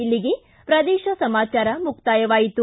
ಇಲ್ಲಿಗೆ ಪ್ರದೇಶ ಸಮಾಚಾರ ಮುಕ್ತಾಯವಾಯಿತು